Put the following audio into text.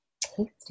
Tasty